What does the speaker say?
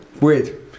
weird